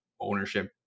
ownership